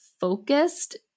focused